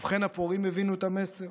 ובכן, הפורעים הבינו את המסר,